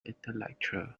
intellectual